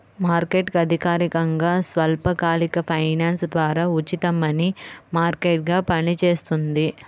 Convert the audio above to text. market అధికారికంగా స్వల్పకాలిక finance ద్వారా ఉచిత మనీ మార్కెట్గా పనిచేస్తుంది